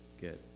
good